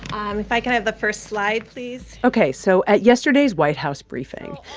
um if i can have the first slide, please ok. so at yesterday's white house briefing,